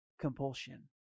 compulsion